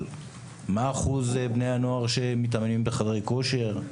לגבי מה אחוז בני הנוער שמתאמנים בחדרי כושר,